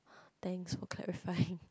thanks for clarifying